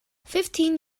fifteen